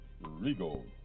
Regal